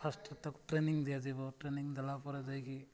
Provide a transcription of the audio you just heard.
first ତାକୁ training ଦିଆଯିବ training ଦେଲା ପରେ ଯାଇକି